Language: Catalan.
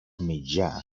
mitjà